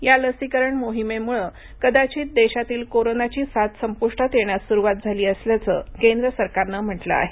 या लसीकरण मोहिमेमुळ कदाचित देशातील कोरोनाची साथ संपूष्टात येण्यास सुरुवात झाली असल्याचं केंद्र सरकारनं म्हटलं आहे